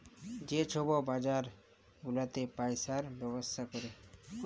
যে ছব বাজার গুলাতে পইসার ব্যবসা ক্যরে